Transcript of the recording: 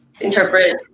interpret